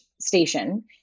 station